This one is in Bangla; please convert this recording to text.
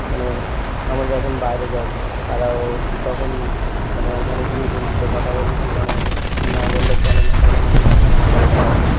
মানে আমরা যখন বাইরে যাই তারাও তখন মানে ওখানে গিয়ে হিন্দিতে কথা বললে মানে না বললে চলে না তখন আমরাও হালকা হালকা জানি